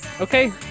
Okay